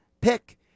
pick